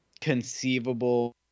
conceivable